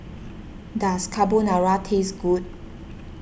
does Carbonara taste good